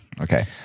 Okay